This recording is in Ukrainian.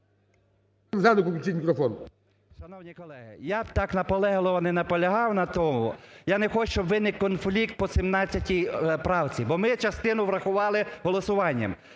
я б так наполегливо не наполягав на тому. Я не хочу, щоб виник конфлікт по 17 правці, бо ми частину врахували голосуванням.